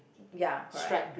ya correct